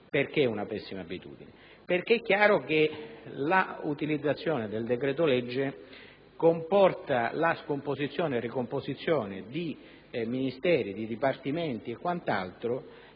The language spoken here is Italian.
di una pessima abitudine perché l'utilizzazione del decreto-legge comporta la scomposizione e ricomposizione di Ministeri, dipartimenti e quant'altro,